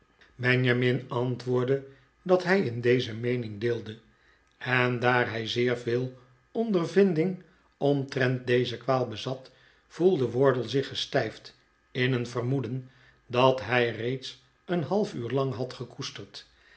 benjamin antwoordde dat hij in deze meening deelde en daar hij zeer veel ondervinding omtrent deze kwaal bezat voelde wardle zich gestijfd in een vermoeden dat hij reeds een half uur lang had gekoesterd